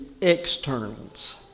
externals